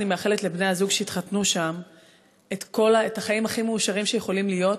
אני מאחלת לבני-הזוג שהתחתנו שם את החיים הכי מאושרים שיכולים להיות,